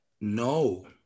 No